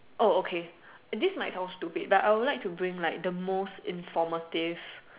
okay this might sound stupid but I would like to bring like the most informative